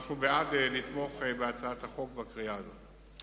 אנחנו בעד תמיכה בהצעת החוק בקריאה הזאת.